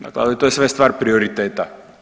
Dakle, ali to je sve stvar prioriteta.